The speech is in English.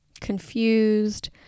confused